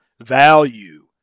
value